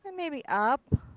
maybe up.